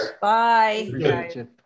Bye